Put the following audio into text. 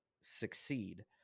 succeed